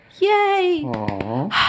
Yay